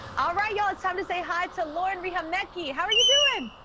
all right, y'all, it's time to say hi to lauren riihimaki. how are you doin'?